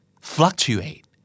Fluctuate